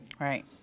Right